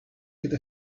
could